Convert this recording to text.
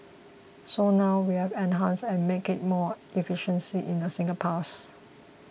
so now we have enhanced and made it more efficient in a single pass